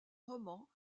romans